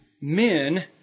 men